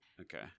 Okay